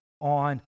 on